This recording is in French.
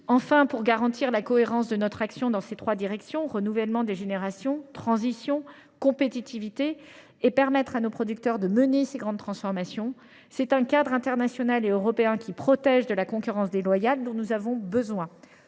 Enfin, pour garantir la cohérence de notre action dans ces trois directions – renouvellement des générations, transitions, compétitivité – et permettre à nos producteurs de mener ces grandes transformations, nous avons besoin d’un cadre international et européen qui protège de la concurrence déloyale. Le Premier